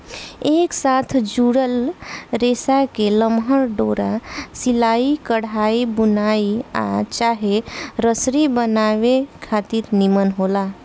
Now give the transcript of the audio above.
एक साथ जुड़ल रेसा के लमहर डोरा सिलाई, कढ़ाई, बुनाई आ चाहे रसरी बनावे खातिर निमन होला